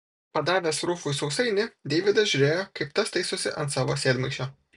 padavęs rufui sausainį deividas žiūrėjo kaip tas taisosi ant savo sėdmaišio